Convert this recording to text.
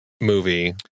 movie